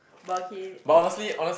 but okay if